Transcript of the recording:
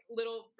little